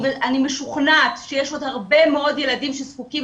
אני משוכנעת שיש עוד הרבה מאוד ילדים שזקוקים